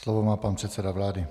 Slovo má pan předseda vlády.